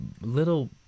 little